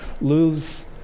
lose